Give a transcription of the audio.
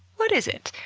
what is it?